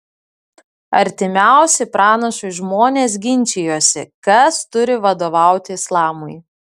artimiausi pranašui žmonės ginčijosi kas turi vadovauti islamui